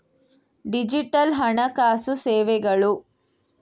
digital ಹಣಕಾಸು ಸೇವೆಗಳು